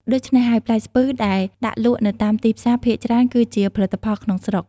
ដូច្នេះហើយ ផ្លែស្ពឺដែលដាក់លក់នៅតាមទីផ្សារភាគច្រើន គឺជាផលិតផលក្នុងស្រុក។